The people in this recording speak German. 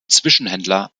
zwischenhändler